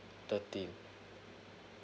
thirteen